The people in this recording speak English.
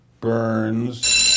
Burns